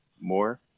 more